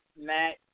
Matt